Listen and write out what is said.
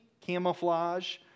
camouflage